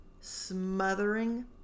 smothering